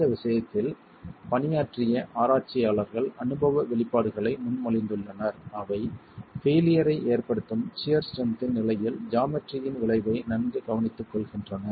இந்த விஷயத்தில் பணியாற்றிய ஆராய்ச்சியாளர்கள் அனுபவ வெளிப்பாடுகளை முன்மொழிந்துள்ளனர் அவை பெய்லியர் ஐ ஏற்படுத்தும் சியர் ஸ்ட்ரெஸ் இன் நிலையில் ஜாமெட்ரியின் விளைவை நன்கு கவனித்துக்கொள்கின்றன